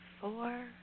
four